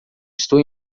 estou